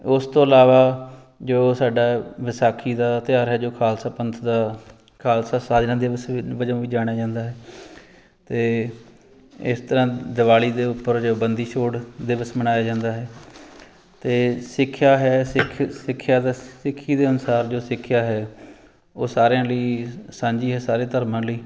ਉਸ ਤੋਂ ਇਲਾਵਾ ਜੋ ਸਾਡਾ ਵਿਸਾਖੀ ਦਾ ਤਿਉਹਾਰ ਹੈ ਜੋ ਖਾਲਸਾ ਪੰਥ ਦਾ ਖਾਲਸਾ ਸਾਜਨਾ ਦਿਵਸ ਵਿ ਵਜੋਂ ਵੀ ਜਾਣਿਆ ਜਾਂਦਾ ਅਤੇ ਇਸ ਤਰ੍ਹਾਂ ਦੀਵਾਲੀ ਦੇ ਉੱਪਰ ਜੋ ਬੰਦੀ ਛੋੜ ਦਿਵਸ ਮਨਾਇਆ ਜਾਂਦਾ ਹੈ ਅਤੇ ਸਿੱਖਿਆ ਹੈ ਸਿੱਖਿਆ ਅਤੇ ਸਿੱਖੀ ਦੇ ਅਨੁਸਾਰ ਜੋ ਸਿੱਖਿਆ ਹੈ ਉਹ ਸਾਰਿਆਂ ਲਈ ਸਾਂਝੀ ਸਾਰੇ ਧਰਮਾਂ ਲਈ